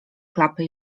klapy